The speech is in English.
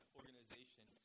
organization